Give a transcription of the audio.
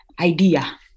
idea